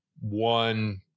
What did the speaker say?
one